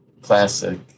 classic